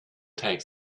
take